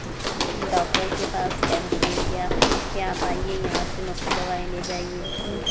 doctor کے پاس camp لگ گیا کہ آپ آئیے یہاں سے مفت دوائیں لے جائیے